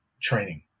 training